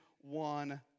one